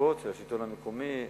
המצוקות של השלטון המקומי,